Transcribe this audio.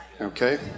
Okay